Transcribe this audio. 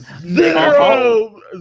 zero